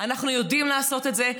אנחנו יודעים לעשות את זה,